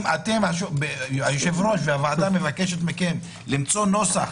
ההליכים היושב-ראש והוועדה מבקשים מכם למצוא נוסח